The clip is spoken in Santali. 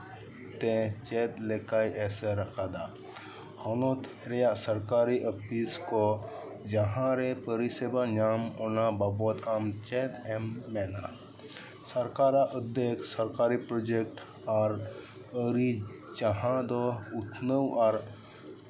ᱛᱮ ᱪᱮᱫ ᱞᱮᱠᱟᱭ ᱮᱥᱮᱨ ᱠᱟᱫᱟ ᱦᱚᱱᱚᱛ ᱨᱮᱭᱟᱜ ᱥᱚᱨᱠᱟᱨᱤ ᱚᱯᱷᱤᱥ ᱠᱚ ᱡᱟᱸᱦᱟᱨᱮ ᱯᱚᱨᱤᱥᱮᱵᱟ ᱧᱟᱢ ᱚᱱᱟ ᱵᱟᱵᱚᱫ ᱟᱢ ᱪᱮᱫ ᱮᱢ ᱢᱮᱱᱟ ᱥᱚᱨᱠᱟᱨᱟᱜ ᱯᱨᱚᱡᱮᱠᱴ ᱟᱨ ᱠᱟᱹᱨᱤ ᱡᱟᱸᱦᱟ ᱫᱚ ᱩᱛᱱᱟᱹᱣ ᱟᱨ